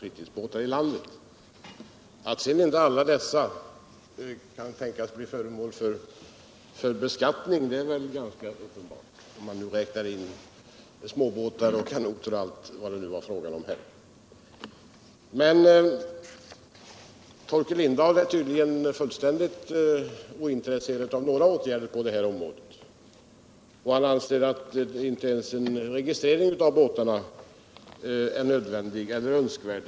Att sedan inte alla kan tänkas bli föremål för beskattning är väl ganska uppenbart, om man i det antalet räknat in småbåtar, kanoter o. d. Torkel Lindahl är tydligen inte alls intresserad av några som helst åtgärder på det här området. Han anser inte ens att en registrering av båtarna är önskvärd.